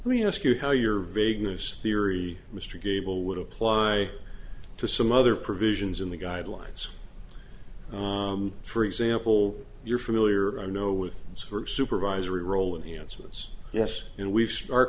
let me ask you how your vagueness theory mr gable would apply to some other provisions in the guidelines for example you're familiar no with supervisory role and the answer was yes and we